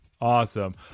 awesome